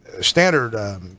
standard